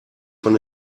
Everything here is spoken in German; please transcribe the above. von